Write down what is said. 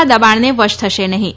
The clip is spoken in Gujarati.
ના દબાણને વશ થશે નહીં